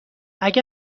اگه